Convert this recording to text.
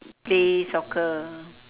play soccer